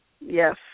Yes